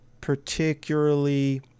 particularly